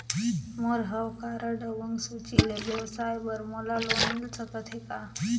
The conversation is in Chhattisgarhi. मोर हव कारड अउ अंक सूची ले व्यवसाय बर मोला लोन मिल सकत हे का?